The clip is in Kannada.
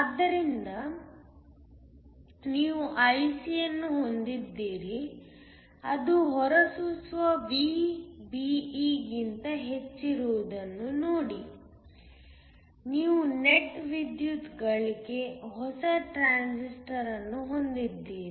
ಆದ್ದರಿಂದ ನೀವು IC ಅನ್ನು ಹೊಂದಿದ್ದೀರಿ ಅದು ಹೊರಸೂಸುವ VBE ಗಿಂತ ಹೆಚ್ಚಿರುವುದನ್ನು ನೋಡಿ ನೀವು ನೆಟ್ ವಿದ್ಯುತ್ ಗಳಿಕೆ ಹೊಸ ಟ್ರಾನ್ಸಿಸ್ಟರ್ ಅನ್ನು ಹೊಂದಿದ್ದೀರಿ